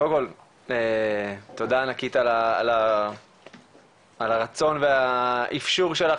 קודם כל תודה ענקית הרצון והאפשור שלך